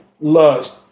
lust